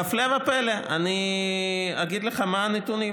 והפלא ופלא, אני אגיד לך מה הנתונים: